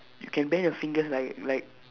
you can bend your fingers like like